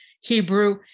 Hebrew